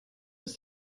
ist